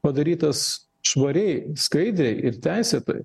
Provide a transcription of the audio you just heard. padarytas švariai skaidriai ir teisėtai